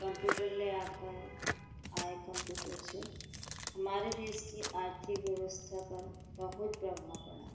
computer ले आकर आय कम्पूटर से हमारे देश की आर्थिक व्यवस्था पर बहुत प्रभाव पड़ा